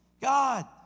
God